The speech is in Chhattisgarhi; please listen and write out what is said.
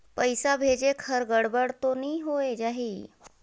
पइसा भेजेक हर गड़बड़ तो नि होए जाही?